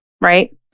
right